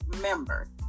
member